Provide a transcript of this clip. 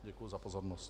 Děkuji za pozornost.